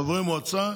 חברי מועצה,